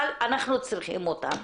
אבל אנחנו צריכים אותם,